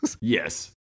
yes